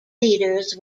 leaders